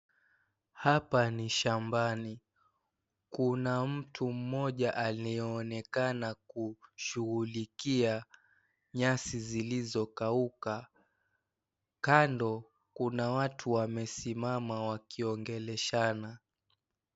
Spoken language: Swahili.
Hapa ni shambani. Kuna mtu mmoja anayeonekana kushughulikia nyasi zilizokauka. Kando kuna watu waliosimama wakiongeleshana.